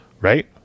Right